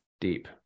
deep